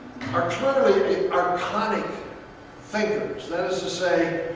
are cleverly archonic thinkers. that is to say,